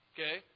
Okay